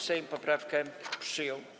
Sejm poprawkę przyjął.